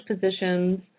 positions